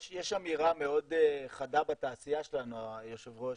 יש אמירה מאוד חדה בתעשייה שלנו, היושב ראש,